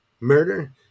murder